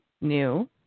new